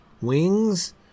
wings